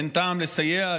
אין טעם לסייע,